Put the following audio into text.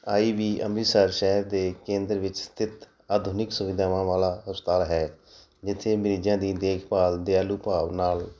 ਆਈ ਵੀ ਅੰਮ੍ਰਿਤਸਰ ਸਾਹਿਬ ਦੇ ਕੇਂਦਰ ਵਿੱਚ ਸਥਿਤ ਆਧੁਨਿਕ ਸੁਵਿਧਾਵਾਂ ਵਾਲਾ ਹਸਪਤਾਲ ਹੈ ਜਿੱਥੇ ਮਰੀਜ਼ਾਂ ਦੀ ਦੇਖਭਾਲ ਦਿਆਲੂ ਭਾਵ ਨਾਲ